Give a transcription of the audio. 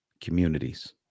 Communities